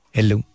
Hello